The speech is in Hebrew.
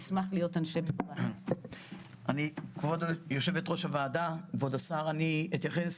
אני, כבוד יושבת ראש הוועדה, כבוד השר, אני אתייחס